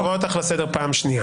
אני קורא אותך לסדר פעם שנייה.